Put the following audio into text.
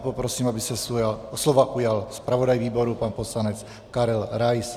Poprosím, aby se slova ujal zpravodaj výboru pan poslanec Karel Rais.